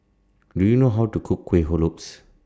Do YOU know How to Cook Kuih Lopes